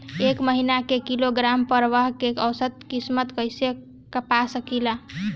एक महिना के एक किलोग्राम परवल के औसत किमत कइसे पा सकिला?